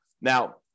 Now